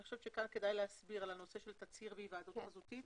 אני חושבת שכאן כדאי להסביר על הנושא של תצהיר והיוועצות חזותית.